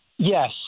Yes